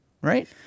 Right